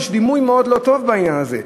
יש דימוי מאוד לא טוב בעניין הזה.